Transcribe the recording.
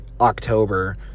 October